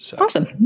Awesome